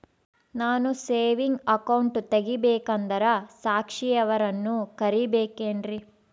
ನಾನು saving account ತೆಗಿಬೇಕಂದರ ಸಾಕ್ಷಿಯವರನ್ನು ಕರಿಬೇಕಿನ್ರಿ?